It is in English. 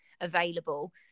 available